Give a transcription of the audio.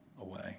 away